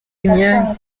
imyanya